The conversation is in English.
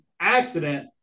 accident